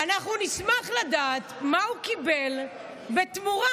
אנחנו נשמח לדעת מה הוא קיבל בתמורה.